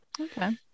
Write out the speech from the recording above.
okay